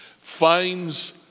finds